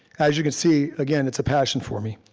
as you can see, again, it's a passion for me.